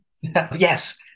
Yes